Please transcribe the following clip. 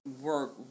work